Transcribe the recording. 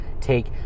take